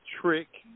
trick